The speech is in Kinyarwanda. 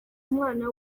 umwana